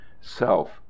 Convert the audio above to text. Self